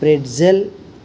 pretzel